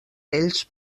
ells